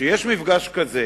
שכשיש מפגש כזה